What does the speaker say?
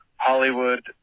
Hollywood